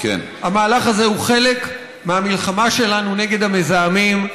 המהלך הזה הוא חלק מהמלחמה שלנו נגד המזהמים.